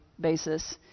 basis